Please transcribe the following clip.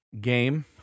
game